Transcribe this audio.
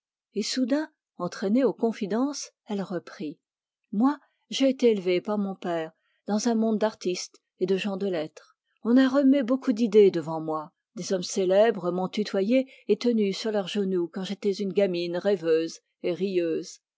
et soudain entraînée aux confidences elle reprit moi j'ai été élevée par mon père dans un monde d'artistes et de gens de lettres on a remué beaucoup d'idées devant moi des hommes célèbres m'ont tenue sur leurs genoux quand j'étais une gamine rêveuse